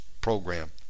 program